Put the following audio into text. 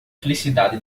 felicidade